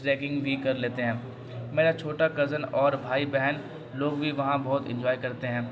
tracking بھی کر لیتے ہیں میرا چھوٹا کزن اور بھائی بہن لوگ بھی وہاں بہت انجوائے کرتے ہیں